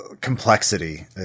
complexity